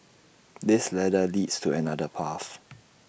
this ladder leads to another path